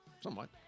Somewhat